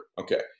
Okay